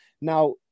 Now